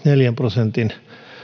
neljän prosentin